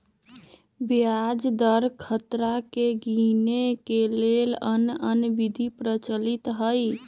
ब्याज दर खतरा के गिनेए के लेल आन आन विधि प्रचलित हइ